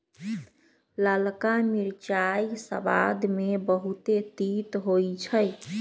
ललका मिरचाइ सबाद में बहुते तित होइ छइ